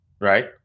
right